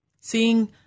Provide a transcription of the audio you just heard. seeing